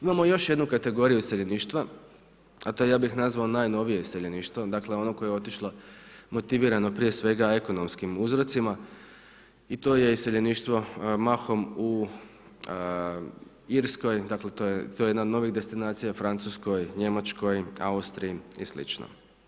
Imamo još jednu kategoriju iseljeništva, a to je ja bih nazvao najnovije iseljeništvo, dakle ono koje je otišlo motivirano prije svega ekonomskim uzrocima i to je iseljeništvo mahom u Irskoj, to je jedna nova destinacija, Francuskoj, Njemačkoj, Austriji i slično.